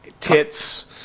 tits